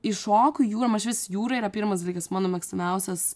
įšoku į jūrą ma išvis jūra yra pirmas dalykas mano mėgstamiausias